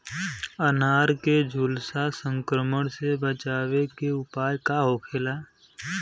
अनार के झुलसा संक्रमण से बचावे के उपाय का होखेला?